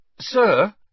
Sir